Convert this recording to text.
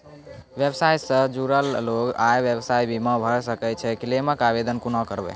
व्यवसाय सॅ जुड़ल लोक आर व्यवसायक बीमा भऽ सकैत छै? क्लेमक आवेदन कुना करवै?